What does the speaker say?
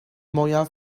mwyaf